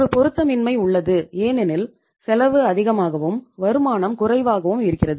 ஒரு பொருத்தமின்மை உள்ளது ஏனெனில் செலவு அதிகமாகவும் வருமானம் குறைவாகவும் இருக்கிறது